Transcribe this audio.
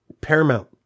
Paramount